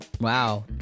Wow